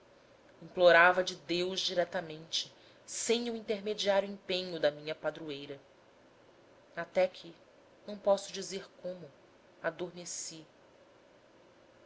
implorava de deus diretamente sem o intermediário empenho da minha padroeira até que não posso dizer como adormeci